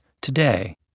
today